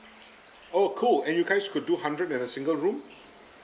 oh cool and you guys could do hundred in a single room